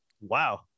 wow